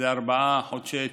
לארבעה חודשי טיפול,